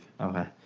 Okay